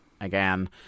again